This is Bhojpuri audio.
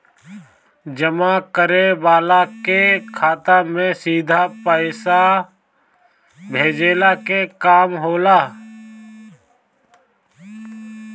जमा करे वाला के खाता में सीधा पईसा भेजला के काम होला